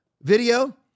video